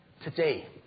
Today